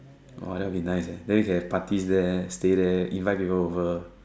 !wah! that'll be nice eh then we can have parties there stay there invite people over